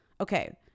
Okay